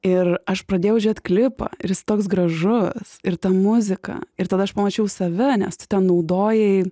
ir aš pradėjau žiūrėt klipą ir jis toks gražus ir ta muzika ir tada aš pamačiau save nes tu ten naudojai